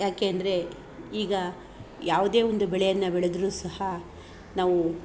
ಯಾಕೆ ಅಂದರೆ ಈಗ ಯಾವುದೇ ಒಂದು ಬೆಳೆಯನ್ನು ಬೆಳೆದರು ಸಹ ನಾವು